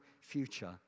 future